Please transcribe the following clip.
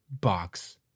box